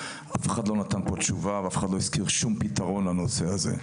אף אחד לא נתן פה תשובה ואף אחד לא הזכיר שום פתרון לנושא הזה.